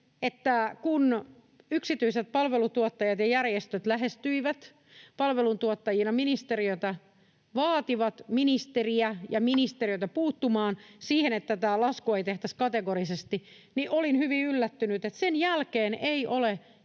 kun yksityiset palveluntuottajat ja järjestöt lähestyivät palveluntuottajina ministeriötä, vaativat ministeriä ja ministeriötä puuttumaan siihen, että tätä laskua ei tehtäisi kategorisesti, niin olin hyvin yllättynyt, että sen jälkeen ei ole